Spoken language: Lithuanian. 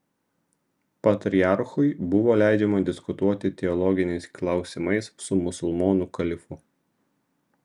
patriarchui buvo leidžiama diskutuoti teologiniais klausimais su musulmonų kalifu